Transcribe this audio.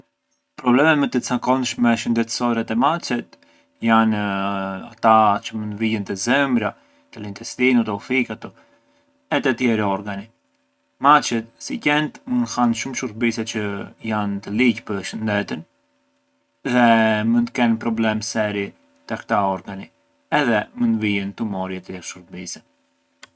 Problemet më të cakonshme shëndetsore te maçet janë ata çë mënd vijën te zëmbra, te l’intestinu, te u fikatu e te tjerë organi. Maçet si qent, mënd hanë shumë shurbise çë janë të ligjë pë’ shëndetën dhe mënd kenë problemë seri te këta organi, dhe mënd kenë tumori e tjerë shurbise.